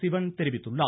சிவன் தெரிவித்துள்ளார்